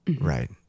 right